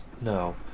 No